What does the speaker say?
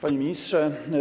Panie Ministrze!